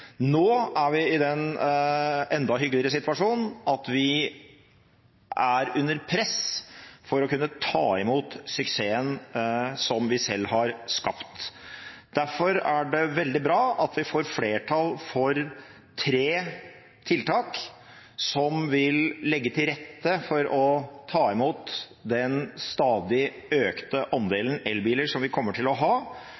Nå er vi i den enda hyggeligere situasjonen at vi er under press for å kunne ta imot suksessen vi selv har skapt. Derfor er det veldig bra at vi får flertall for tre tiltak som vil legge til rette for å ta imot den stadig økte